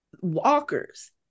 walkers